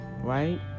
right